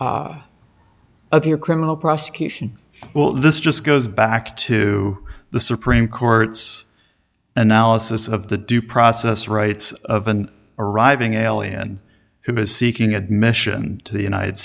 criminal prosecution well this just goes back to the supreme court's analysis of the due process rights of an arriving alien who is seeking admission to the united